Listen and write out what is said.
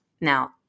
now